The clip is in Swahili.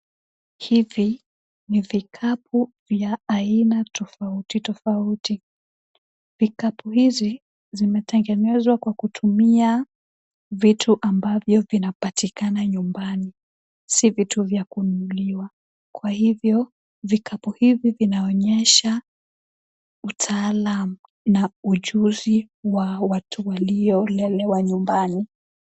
Hivi ni vikapu vya aina tofauti tofauti, vikapu hizi zimetengenezwa kwa kutumia vitu ambavyo vinapatikana nyumbani, si vitu vya kununuliwa, kwa hivyo vikapu hivi vinaonyesha utaalamu na ujuzi wa watu waliolelewa nyumbani.